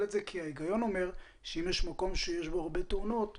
את זה כי ההיגיון אומר שאם יש מקום שיש בו הרבה תאונות,